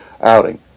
outing